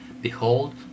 Behold